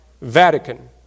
Vatican